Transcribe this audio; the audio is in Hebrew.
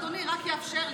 אם רק תאפשר לי,